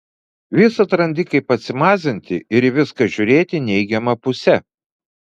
visad randi kaip atsimazinti ir į viską žiūrėti neigiama puse